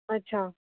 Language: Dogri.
अच्छा